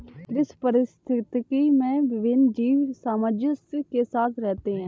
कृषि पारिस्थितिकी में विभिन्न जीव सामंजस्य के साथ रहते हैं